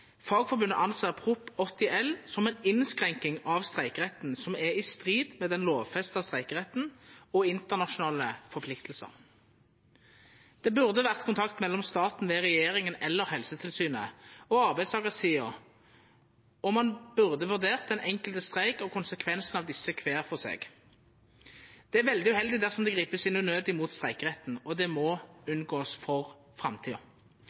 anser Prop. 80 L som en innskrenkning av streikeretten som er i strid med den lovfestede streikeretten og internasjonale forpliktelser.» Det burde vore kontakt mellom staten ved regjeringa eller Helsetilsynet og arbeidstakarsida, og ein burde vurdert den enkelte streiken og konsekvensen av dei kvar for seg. Det er veldig uheldig dersom det vert gripe inn unødig mot streikeretten, og det må ein unngå for framtida.